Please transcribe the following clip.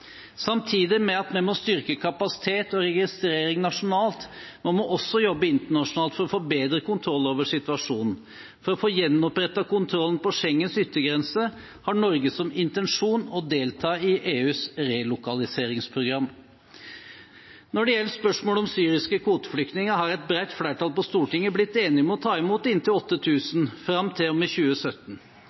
Samtidig med at vi må styrke kapasitet og registrering nasjonalt, må vi også jobbe internasjonalt for å få bedre kontroll over situasjonen. For å få gjenopprettet kontrollen på Schengens yttergrense har Norge som intensjon å delta i EUs relokaliseringsprogram. Når det gjelder spørsmålet om syriske kvoteflyktninger, har et bredt flertall på Stortinget blitt enige om å ta imot inntil 8 000 fram til og med 2017.